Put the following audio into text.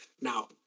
Now